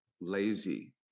lazy